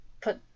put